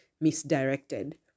misdirected